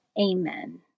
Amen